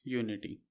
unity